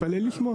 כן, תתפלא לשמוע.